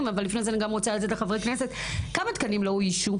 אבל לפני כן אני גם רוצה לתת לחברי כנסת כמה תקנים לא אוישו?